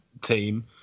team